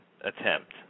attempt